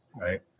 right